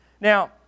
Now